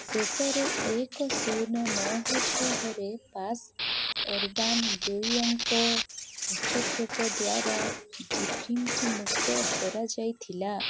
ଶେଷରେ ଏକ ଶୂନ ନଅ ଛଅରେ ପାସ୍ ଅର୍ବାନ୍ ଦୁଇ ଅଙ୍କ ହସ୍ତକ୍ଷେପ ଦ୍ୱାରା ଜେଫ୍ରିଙ୍କୁ ମୁକ୍ତ କରାଯାଇଥିଲା